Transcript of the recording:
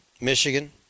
Michigan